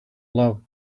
loved